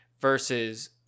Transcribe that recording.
versus